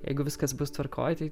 jeigu viskas bus tvarkoj tai